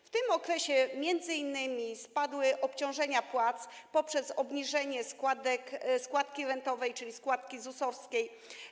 W tym okresie m.in. spadły obciążenia płac poprzez obniżenie składki rentowej, czyli składki ZUS-owskiej.